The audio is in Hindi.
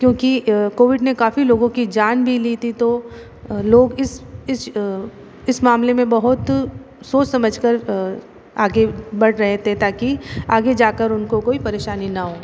क्योंकि कोविड ने काफ़ी लोगों की जान भी ली थी तो लोग इस इस इस मामले में बहुत सोच समझ कर आगे बढ़ रहे थे ताकि आगे जाकर उनको कोई परेशानी ना हो